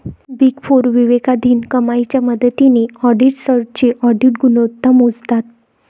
big four विवेकाधीन कमाईच्या मदतीने ऑडिटर्सची ऑडिट गुणवत्ता मोजतात